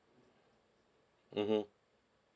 mmhmm